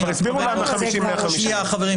אגב,